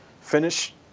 Finish